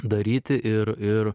daryti ir ir